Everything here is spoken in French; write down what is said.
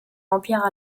l’empire